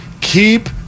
Keep